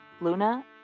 Luna